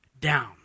down